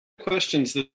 Questions